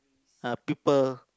uh people